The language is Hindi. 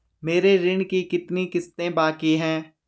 मेरे ऋण की कितनी किश्तें बाकी हैं?